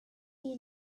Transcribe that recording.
you